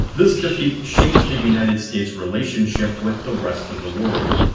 this defeat shapes the united states relationship with the rest of the world.